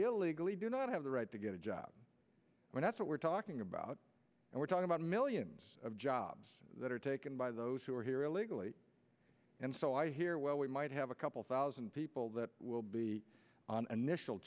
illegally do not have the right to get a job when that's what we're talking about and we're talking about millions of jobs that are taken by those who are here illegally and so i hear well we might have a couple thousand people that will be an initial